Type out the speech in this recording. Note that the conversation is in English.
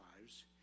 lives